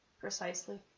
precisely